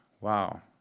wow